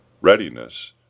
Readiness